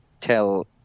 tell